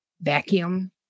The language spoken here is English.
vacuum